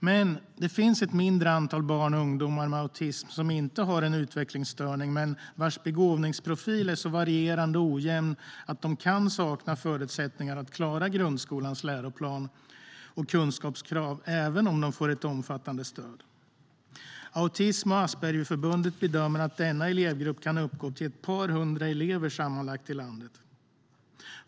Men det finns ett mindre antal barn och ungdomar med autism som inte har en utvecklingsstörning men vars begåvningsprofil är så varierande och ojämn att de kan sakna förutsättningar att klara grundskolans läroplan och kunskapskrav även om de får ett omfattande stöd. Autism och Aspergerförbundet bedömer att denna elevgrupp kan uppgå till sammanlagt ett par hundra elever i landet.